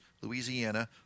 Louisiana